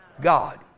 God